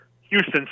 Houston